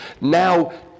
now